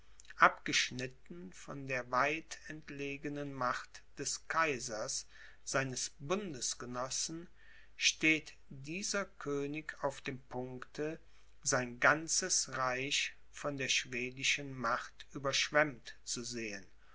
abgeschnitten von der weit entlegenen macht des kaisers seines bundesgenossen steht dieser könig auf dem punkte sein ganzes reich von der schwedischen macht überschwemmt zu sehen